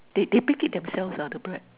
they they baked it themselves at the bread